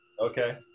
Okay